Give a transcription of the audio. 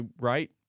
right